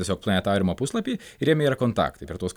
tiesiog planetariumo puslapį ir jame yra kontaktai per tuos